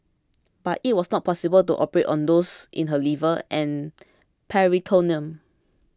but it was not possible to operate on those in her liver and peritoneum